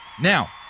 Now